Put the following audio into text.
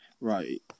Right